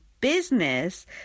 business